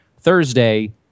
Thursday